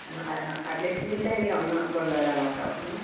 at least ബില്ലെങ്കിലും ഒന്ന് കൊണ്ട് വരാൻ നോക്കാവുന്നേ